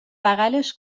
بغلش